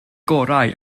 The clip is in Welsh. gorau